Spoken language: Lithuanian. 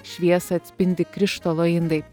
šviesą atspindi krištolo indai